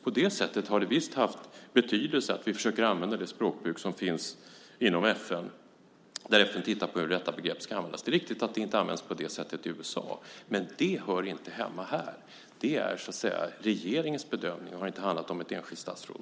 På det sättet har det visst haft betydelse att vi försöker använda det språkbruk som finns inom FN där FN tittar på hur detta begrepp ska användas. Det är riktigt att det inte används på det sättet i USA, men det hör inte hemma här. Detta är regeringens bedömning och har inte handlat om ett enskilt statsråd.